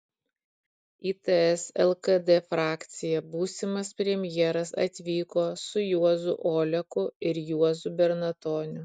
į ts lkd frakciją būsimas premjeras atvyko su juozu oleku ir juozu bernatoniu